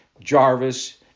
Jarvis